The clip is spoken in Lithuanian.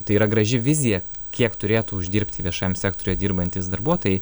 tai yra graži vizija kiek turėtų uždirbti viešam sektoriuje dirbantys darbuotojai